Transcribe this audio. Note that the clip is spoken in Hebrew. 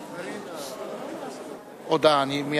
(הישיבה נפסקה בשעה 17:14 ונתחדשה